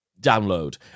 download